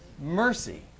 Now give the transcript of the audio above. Mercy